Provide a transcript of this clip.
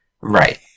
Right